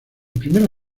primera